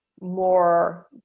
more